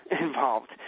involved